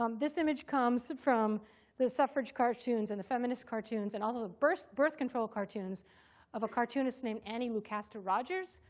um this image comes from the suffrage cartoons, and the feminist cartoons, and all the the birth birth control cartoons of a cartoonist named annie lucasta rogers,